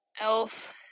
elf